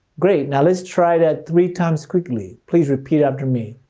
great, now let's try that three times quickly. please repeat after me.